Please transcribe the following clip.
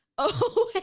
oh